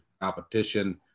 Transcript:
competition